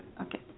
okay